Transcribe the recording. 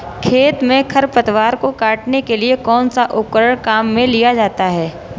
खेत में खरपतवार को काटने के लिए कौनसा उपकरण काम में लिया जाता है?